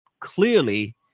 clearly